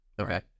Okay